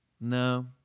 no